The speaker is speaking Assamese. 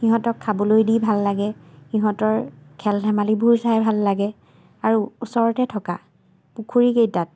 সিহঁতক খাবলৈ দি ভাল লাগে সিহঁতৰ খেল ধেমালিবোৰো চাই ভাল লাগে আৰু ওচৰতে থকা পুখুৰীকেইটাত